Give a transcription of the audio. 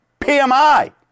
PMI